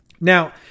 Now